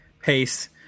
pace